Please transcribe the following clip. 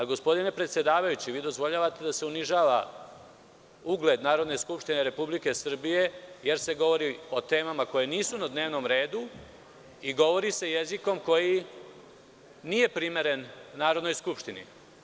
Gospodine predsedavajući, vi dozvoljavate da se unižava ugled Narodne skupštine Republike Srbije jer se govori o temama koje nisu na dnevnom redu i govori se jezikom koji nije primeren Narodnoj skupštini.